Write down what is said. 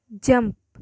jump